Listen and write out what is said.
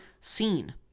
seen